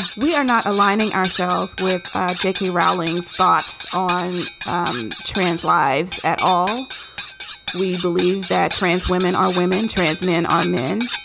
we are not aligning ourselves with our j k. rowling spots on um trans lives at all we believe that trans women are women. trans men are men.